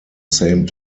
same